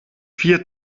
vier